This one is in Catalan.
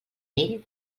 ell